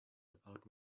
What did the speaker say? about